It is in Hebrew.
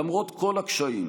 למרות כל הקשיים,